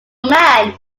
man